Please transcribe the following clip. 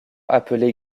appelée